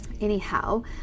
anyhow